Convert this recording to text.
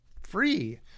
Free